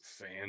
fan